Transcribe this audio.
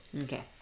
Okay